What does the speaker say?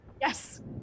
Yes